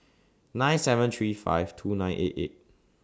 nine seven three five two nine eight eight